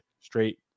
straight